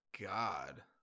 god